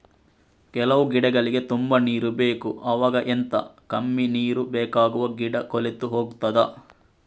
ಕೆಲವು ಗಿಡಗಳಿಗೆ ತುಂಬಾ ನೀರು ಬೇಕು ಅವಾಗ ಎಂತ, ಕಮ್ಮಿ ನೀರು ಬೇಕಾಗುವ ಗಿಡ ಕೊಳೆತು ಹೋಗುತ್ತದಾ?